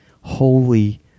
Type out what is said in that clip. Holy